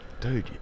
dude